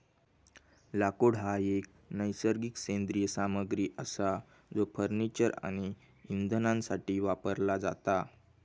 लाकूड हा एक नैसर्गिक सेंद्रिय सामग्री असा जो फर्निचर आणि इंधनासाठी वापरला जाता